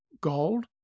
gold